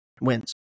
Wins